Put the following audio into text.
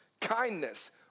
kindness